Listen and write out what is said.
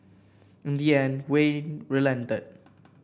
in the end Wayne relented